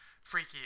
freaky